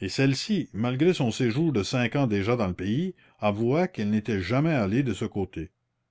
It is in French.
et celle-ci malgré son séjour de cinq ans déjà dans le pays avoua qu'elle n'était jamais allée de ce côté